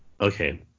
Okay